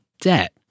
debt